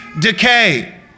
decay